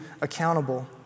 accountable